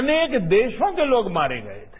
अनेक देशों के लोग मारे गए थे